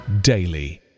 daily